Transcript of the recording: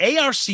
ARC